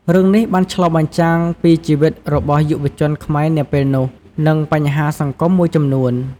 រឿងនេះបានឆ្លុះបញ្ចាំងពីជីវិតរបស់យុវជនខ្មែរនាពេលនោះ និងបញ្ហាសង្គមមួយចំនួន។